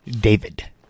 David